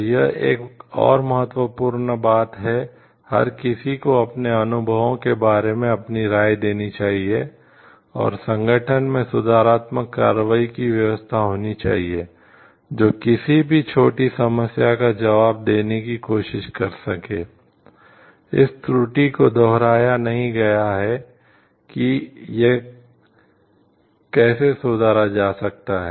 तो यह एक और महत्वपूर्ण बात है हर किसी को अपने अनुभवों के बारे में अपनी राय देनी चाहिए और संगठन में सुधारात्मक कार्रवाई की व्यवस्था होनी चाहिए जो किसी भी छोटी समस्या का जवाब देने की कोशिश कर सके इस त्रुटि को दोहराया नहीं गया कि यह कैसे सुधारा जा सकता है